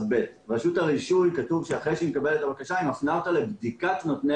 ב' יש תקופת בדיקה ותקופת הבדיקה התחילה